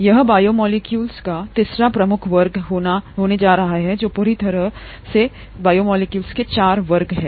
यह बायोमोलेक्यूल्स का तीसरा प्रमुख वर्ग होने जा रहा है पूरी तरह से चार हैं